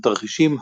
התרחישים,